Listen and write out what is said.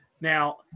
Now